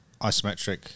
isometric